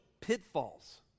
pitfalls